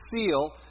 seal